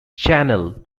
channel